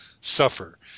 suffer